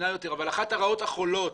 שאחת הרעות החולות,